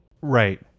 Right